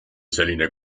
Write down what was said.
selline